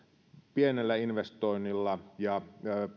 pienellä investoinnilla ja